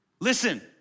Listen